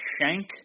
shank